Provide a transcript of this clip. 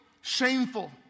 shameful